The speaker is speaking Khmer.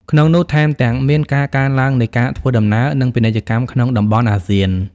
ក្នុងនោះ ថែមទាំងមាន ការកើនឡើងនៃការធ្វើដំណើរ និងពាណិជ្ជកម្មក្នុងតំបន់អាស៊ាន។